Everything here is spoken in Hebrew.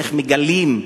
איך מגלים,